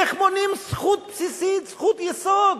איך מונעים זכות בסיסית, זכות יסוד,